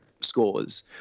scores